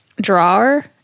drawer